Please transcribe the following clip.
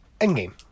Endgame